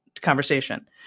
conversation